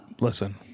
Listen